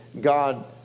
God